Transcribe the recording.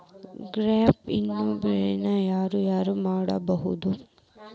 Gap insurance ನ ಯಾರ್ ಯಾರ್ ಮಡ್ಸ್ಬೊದು?